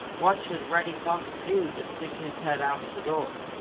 what should reddy fox do but stick his head out the door.